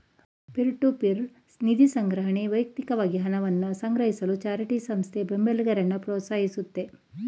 peer to peer ನಿಧಿಸಂಗ್ರಹಣೆ ವ್ಯಕ್ತಿಕವಾಗಿ ಹಣವನ್ನ ಸಂಗ್ರಹಿಸಲು ಚಾರಿಟಿ ಸಂಸ್ಥೆ ಬೆಂಬಲಿಗರನ್ನ ಪ್ರೋತ್ಸಾಹಿಸುತ್ತೆ